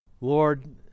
Lord